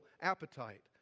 appetite